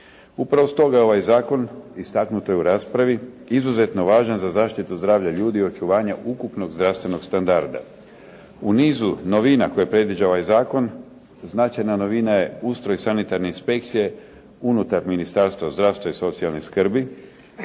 Upravo stoga je ovaj zakon istaknuto je u raspravi izuzetno važan zaštitu zdravlja ljudi i očuvanja ukupnog zdravstvenog standarda. U nizu novina koje predviđa ovaj zakon značajna novina je ustroj sanitarne inspekcije unutar Ministarstva zdravstva i socijalne skrbi,